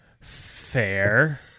Fair